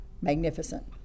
magnificent